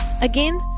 Again